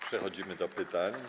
Przechodzimy do pytań.